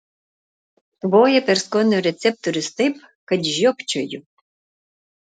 tvoja per skonio receptorius taip kad žiopčioju